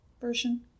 version